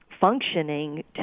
functioning